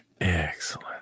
excellent